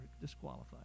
disqualified